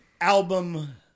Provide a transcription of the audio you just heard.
album